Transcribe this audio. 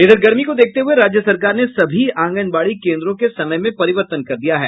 इधर गर्मी को देखते हुये राज्य सरकार ने सभी आंगनबाड़ी केंद्रों के समय में परिवर्तन कर दिया है